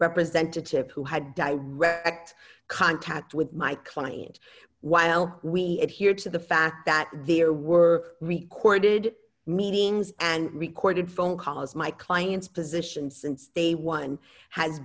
representative who had direct contact with my client while we adhered to the fact that there were requited meetings and recorded phone calls my clients position since day one has